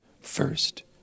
First